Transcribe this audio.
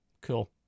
Cool